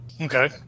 Okay